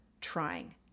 trying